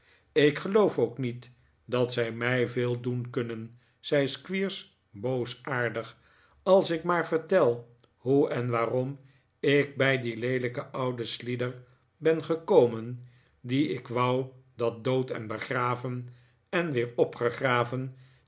ik geloof ook niet dat zij mij veel doen kunnen zei squeers boosaardig als ik maar vertel hoe en waarom ik bij die leelijke oude slider ben gekomen die ik wou dat dood en begraven en weer opgegraven